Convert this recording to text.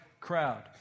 crowd